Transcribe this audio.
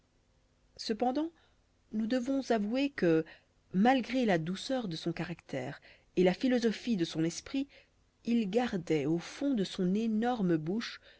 cependant nous devons avouer que malgré la douceur de son caractère et la philosophie de son esprit il gardait au fond de son énorme bouche